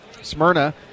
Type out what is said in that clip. Smyrna